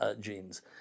genes